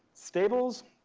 stables,